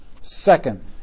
Second